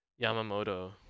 yamamoto